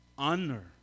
Honor